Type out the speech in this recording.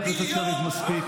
חבר הכנסת קריב, מספיק.